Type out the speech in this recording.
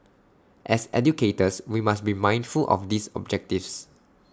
as educators we must be mindful of these objectives